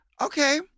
Okay